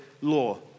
law